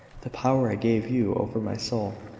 the power i gave you over my soul,